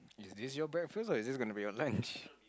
is this your breakfast or is this gonna be your lunch